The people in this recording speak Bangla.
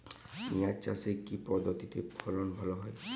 পিঁয়াজ চাষে কি পদ্ধতিতে ফলন ভালো হয়?